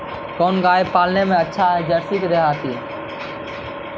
कोन गाय पाले मे फायदा है जरसी कि देहाती?